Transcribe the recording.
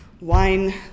wine